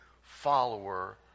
follower